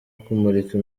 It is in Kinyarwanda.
kumurika